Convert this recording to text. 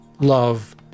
Love